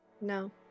No